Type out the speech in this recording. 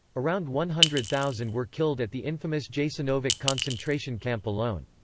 around one hundred thousand were killed at the infamous jasenovac concentration camp alone.